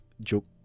joke